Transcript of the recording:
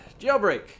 jailbreak